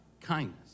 kindness